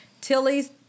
Tilly's